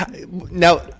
Now